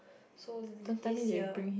so this year